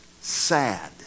sad